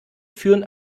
führen